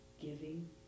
giving